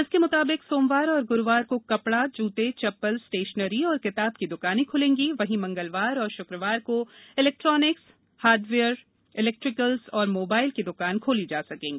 इसक म्ताबिक सोमवार और ग्रुवार को कपड़ा जूत चप्पल स्टशनरी और किताब की दुकानें खुलेंगी वहीं मंगलवार और शुक्रवार को इलक्ट्रॉनिक हार्डवक्वर इलक्ट्रिकल्स एवं मोबाइल की दुकान खोली जा सकेंगी